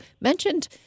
mentioned